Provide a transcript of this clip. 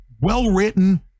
well-written